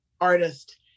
artist